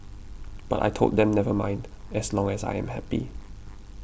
but I told them never mind as long as I am happy